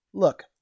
Look